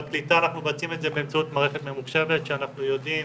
בקליטה אנחנו מבצעים את זה באמצעות מערכת ממוחשבת שאנחנו יודעים